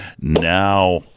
now